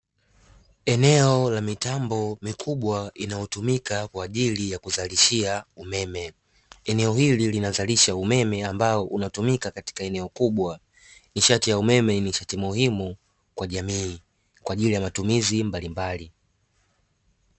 Eneo la mitambo mikubwa inayotumika kwajili ya kuzarishia umeme. Eneo hili linazalisha umeme ambao unatumika katika eneo kubwa. Nishati ya umeme ni nishati muhimu kwa jamii kwajili ya matumizi mbalimbali.